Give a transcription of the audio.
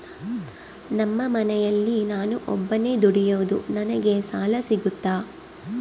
ನಮ್ಮ ಮನೆಯಲ್ಲಿ ನಾನು ಒಬ್ಬನೇ ದುಡಿಯೋದು ನನಗೆ ಸಾಲ ಸಿಗುತ್ತಾ?